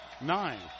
Nine